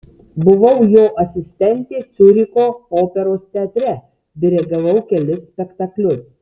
buvau jo asistentė ciuricho operos teatre dirigavau kelis spektaklius